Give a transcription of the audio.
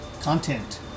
content